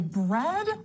bread